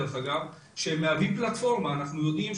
את רוב האמצעים אני מביא.